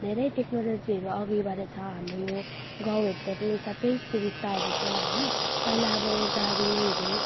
धेरै टेक्नोलोजीहरू अघि बढेको छ हाम्रो यो गाउँहरूतिर पनि सबै सुविस्ताहरू छ होइन पहिला अब गाडीहरू